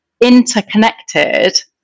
interconnected